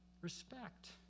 respect